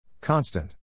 Constant